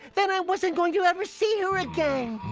then i wasn't going to ever see her again.